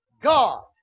God